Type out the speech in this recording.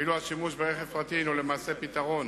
ואילו השימוש ברכב פרטי הוא למעשה פתרון